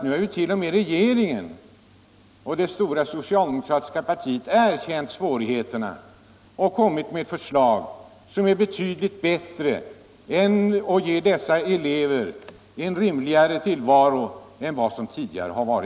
Nu har ju t.o.m. regeringen och det stora socialdemokratiska partiet erkänt svårigheterna och kommit med ett förslag som är betydligt bättre och ger dessa elever Nr 84 en drägligare BIVarg än den de tidigare har haft.